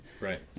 Right